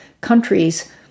countries